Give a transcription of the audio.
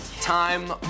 time